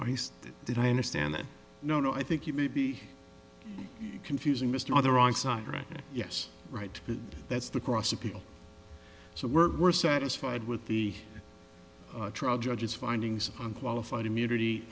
stood did i understand that no no i think you may be confusing mr other wrong side right yes right that's the cross appeal so we're we're satisfied with the trial judge's findings on qualified immunity